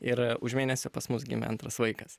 ir už mėnesio pas mus gimė antras vaikas